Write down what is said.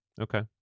Okay